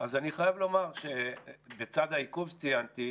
אז אני חייב לומר שבצד העיכוב שציינתי,